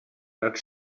that